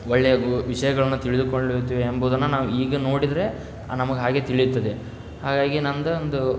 ಒಳ್ಳೆಯ ಗು ವಿಷಯಗಳನ್ನು ತಿಳಿದುಕೊಳ್ಳುತ್ತೇವೆ ಎಂಬುದನ್ನು ನಾವು ಈಗ ನೋಡಿದರೆ ನಮಗೆ ಹಾಗೆ ತಿಳಿಯುತ್ತದೆ ಹಾಗಾಗಿ ನಮ್ದು ಒಂದು